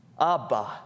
Abba